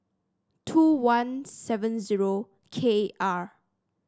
two one seven zero K R